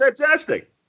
fantastic